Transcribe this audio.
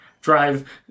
drive